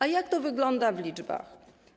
A jak to wygląda w liczbach?